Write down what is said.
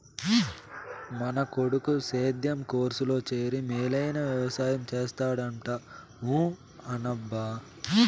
మన కొడుకు సేద్యం కోర్సులో చేరి మేలైన వెవసాయం చేస్తాడంట ఊ అనబ్బా